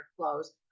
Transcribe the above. clothes